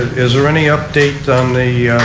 is there any update on the